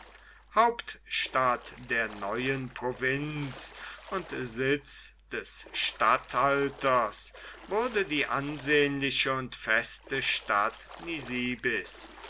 hauptstadt der neuen provinz und sitz des statthalters wurde die ansehnliche und feste stadt nisibis